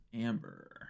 Amber